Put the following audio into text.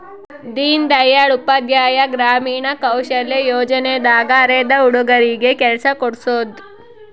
ದೀನ್ ದಯಾಳ್ ಉಪಾಧ್ಯಾಯ ಗ್ರಾಮೀಣ ಕೌಶಲ್ಯ ಯೋಜನೆ ದಾಗ ಅರೆದ ಹುಡಗರಿಗೆ ಕೆಲ್ಸ ಕೋಡ್ಸೋದ